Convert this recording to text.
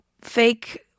fake